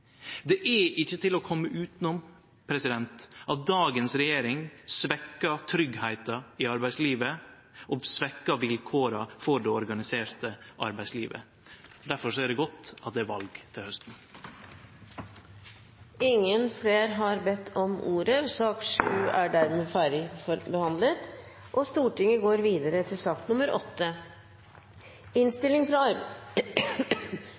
Det er ikkje til å kome utanom at dagens regjering svekkjer tryggleiken i arbeidslivet og svekkjer vilkåra for det organiserte arbeidslivet. Difor er det godt at det er val til hausten. Flere har ikke bedt om ordet til sak nr. 7. Etter ønske fra arbeids- og sosialkomiteen vil presidenten foreslå at taletiden blir begrenset til 5 minutter til hver partigruppe og 5 minutter til medlemmer av